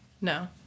No